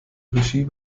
regie